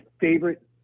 favorite